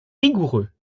rigoureux